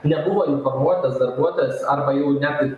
nebuvo informuotas darbuotojas arba jau net ir